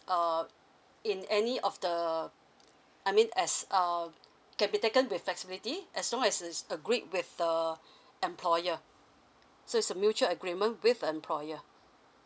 err in any of the I mean as uh can be taken with flexibility as long as it's agreed with the employer so it's a mutual agreement with employer